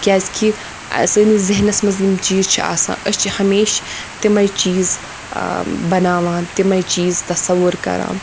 کیازکہِ سٲنِس ذہنَس منٛز یِم چیٖز چھِ آسان أسۍ چھِ ہمیشہِ تِمَے چیٖز بَناوان تِمَے چیٖز تَصَوُر کَران